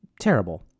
Terrible